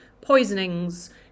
poisonings